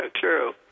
true